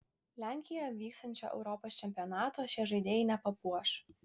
lenkijoje vyksiančio europos čempionato šie žaidėjai nepapuoš